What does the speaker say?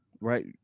right